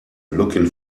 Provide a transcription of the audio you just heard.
looking